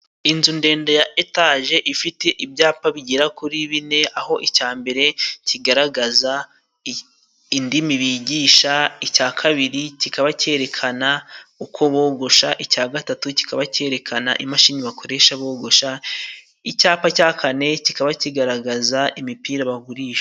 Inzu ndende ya etaje ifite ibyapa bigera kuri bine, aho icya mbere kigaragaza indimi bigisha, icya kabiri kikaba cyerekana uko bogosha, icya gatatu kikaba cyerekana imashini bakoresha bogosha, icyapa cya kane kikaba kigaragaza imipira bagurisha.